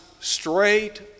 straight